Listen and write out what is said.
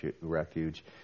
refuge